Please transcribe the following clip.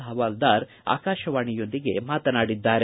ಹವಾಲ್ದಾರ್ ಆಕಾಶವಾಣಿಯೊಂದಿಗೆ ಮಾತನಾಡಿದ್ದಾರೆ